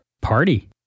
Party